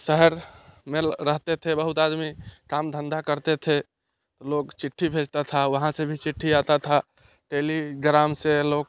शहर में रहते थे बहुत आदमी काम धंधा करते थे लोग चिट्ठी भेजता था वहाँ से भी चिट्ठी आता था टेलिग्राम से लोग